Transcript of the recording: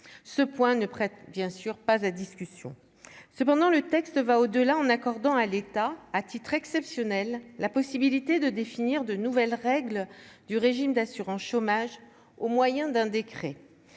ce point ne prête bien sûr pas à discussion, cependant, le texte va au-delà en accordant à l'État, à titre exceptionnel, la possibilité de définir de nouvelles règles du régime d'assurance chômage, au moyen d'un décret